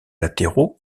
latéraux